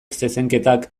zezenketak